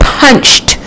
punched